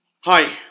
Hi